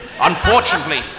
Unfortunately